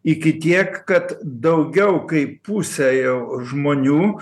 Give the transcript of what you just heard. iki tiek kad daugiau kaip pusė jau žmonių